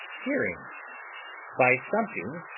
hearing by thumping,